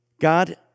God